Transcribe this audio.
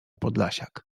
podlasiak